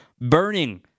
burning